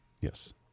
Yes